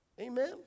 Amen